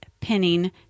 pinning